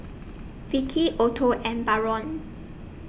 Vickie Otto and Barron